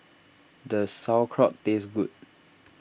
does Sauerkraut taste good